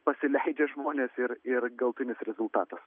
pasileidžia žmonės ir ir galutinis rezultatas